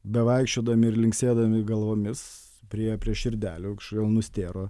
bevaikščiodami ir linksėdami galvomis priėjo prie širdelių kažkodėl nustėro